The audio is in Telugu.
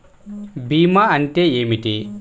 భీమా అంటే ఏమిటి?